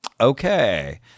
Okay